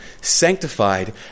sanctified